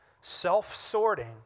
self-sorting